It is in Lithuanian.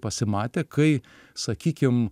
pasimatė kai sakykim